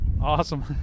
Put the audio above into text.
Awesome